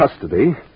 custody